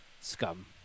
scum